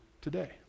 today